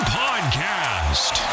podcast